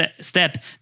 step